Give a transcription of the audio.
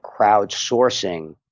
crowdsourcing